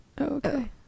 Okay